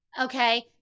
Okay